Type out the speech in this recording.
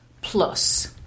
plus